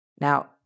Now